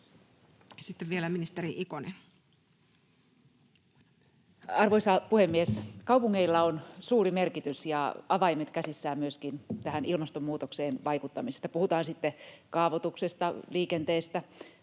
Sitten vielä ministeri Ikonen. Arvoisa puhemies! Kaupungeilla on suuri merkitys ja avaimet käsissään myöskin tähän ilmastonmuutokseen vaikuttamisessa, puhutaan sitten kaavoituksesta, liikenteestä,